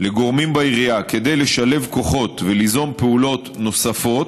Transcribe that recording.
לגורמים בעירייה כדי לשלב כוחות וליזום פעולות נוספות,